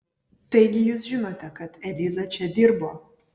taigi jūs žinote kad eliza čia dirbo